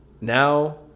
Now